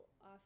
off